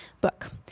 book